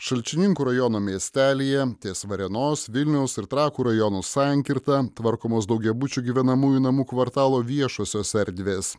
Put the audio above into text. šalčininkų rajono miestelyje ties varėnos vilniaus ir trakų rajonų sankirta tvarkomos daugiabučių gyvenamųjų namų kvartalo viešosios erdvės